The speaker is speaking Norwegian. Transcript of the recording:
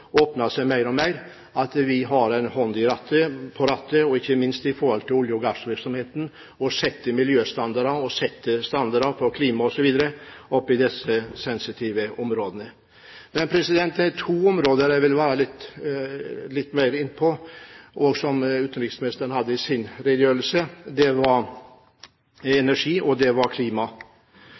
seg mer og mer, at vi har en hånd på rattet, ikke minst når det gjelder olje- og gassvirksomheten, og setter miljøstandarder og standarder for klima osv. i disse sensitive områdene. Det er to områder jeg vil gå litt mer inn på, som utenriksministeren også hadde i sin redegjørelse, og det er energi og